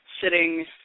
sitting